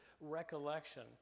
recollection